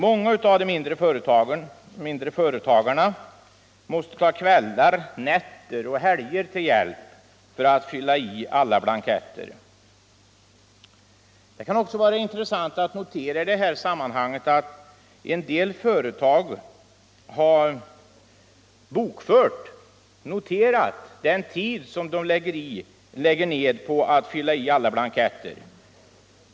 Många av de mindre företagarna måste ta kvällar, nätter och helger till hjälp för att fylla i alla blanketter. Det kan vara intressant att observera att en del företag har noterat den tid som de lagt ned på att fylla i alla blanketter.